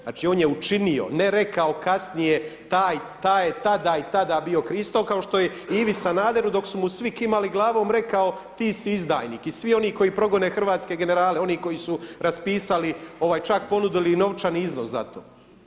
Znači, on je učinio, ne rekao kasnije taj je tada i tada bio Kristo, kao što je i Ivi Sanaderu dok su mu svi kimali glavom rekao ti si izdajnik i svi oni koji progone hrvatske generale, oni koji su raspisali, čak i ponudili novčani iznos za to.